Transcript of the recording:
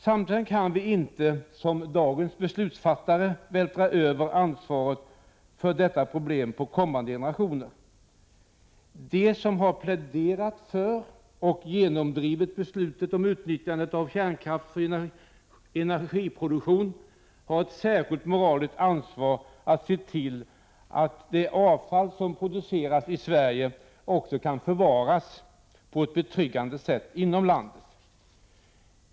Samtidigt kan vi som är dagens beslutsfattare inte vältra över ansvaret för detta problem på kommande generationer. De som pläderat för och genomdrivit beslutet om utnyttjande av kärnkraft för energiproduktion har ett särskilt moraliskt ansvar att se till att det avfall som produceras i Sverige också kan förvaras på ett betryggande sätt inom landet.